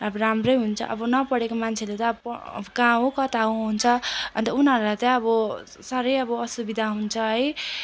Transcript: अब राम्रै हुन्छ अब नपढेको मान्छेले त अब कहाँ हो कता हो हुन्छ अन्त उनीहरूलाई त्यही अब साह्रै अब असुविधा हुन्छ है